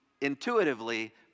intuitively